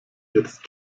jetzt